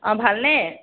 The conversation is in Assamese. অঁ ভালনে